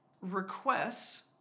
Requests